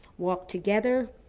walk together,